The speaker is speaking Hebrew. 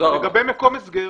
לגבי מקום הסגר